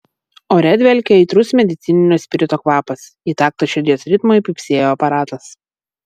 ore dvelkė aitrus medicininio spirito kvapas į taktą širdies ritmui pypsėjo aparatas